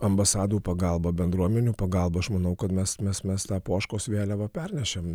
ambasadų pagalba bendruomenių pagalba aš manau kad mes mes mes tą poškos vėliavą pernešėm